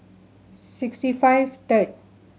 sixty five third